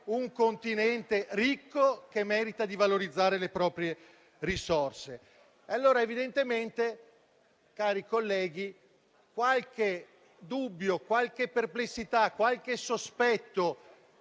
un continente ricco che merita di valorizzare le proprie risorse. Evidentemente, cari colleghi, qualche dubbio, qualche perplessità, qualche sospetto